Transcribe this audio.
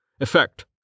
Effect